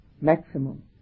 Maximum